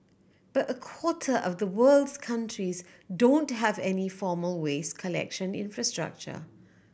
but a quarter of the world's countries don't have any formal waste collection infrastructure